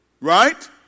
Right